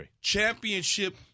championship